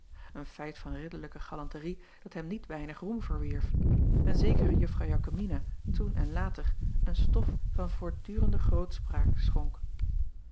een feit van ridderlijke galanterie dat hem niet weinig roem verwierf en zeker aan uffrouw akomina toen en later een stof van voortdurende grootspraak schonk